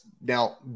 now